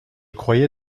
croyais